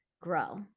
grow